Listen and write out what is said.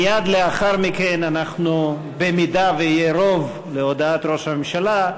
מייד לאחר מכן, אם יהיה רוב להודעת ראש הממשלה,